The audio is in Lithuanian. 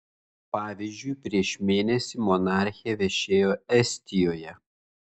pavyzdžiui prieš mėnesį monarchė viešėjo estijoje